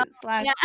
slash